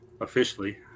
officially